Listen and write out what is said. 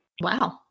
Wow